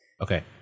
Okay